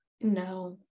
No